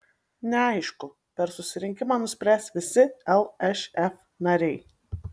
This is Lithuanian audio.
neaišku per susirinkimą nuspręs visi lšf nariai